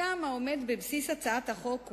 הטעם העומד בבסיס הצעת החוק הוא,